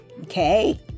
Okay